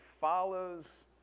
follows